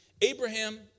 Abraham